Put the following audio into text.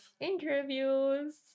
interviews